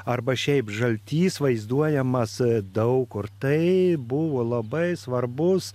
arba šiaip žaltys vaizduojamas daug kur tai buvo labai svarbus